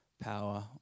power